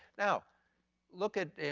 now look at, and